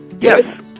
Yes